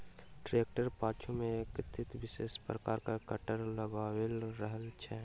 ट्रेक्टरक पाछू मे एकटा विशेष प्रकारक कटर लगाओल रहैत छै